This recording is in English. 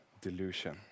Delusion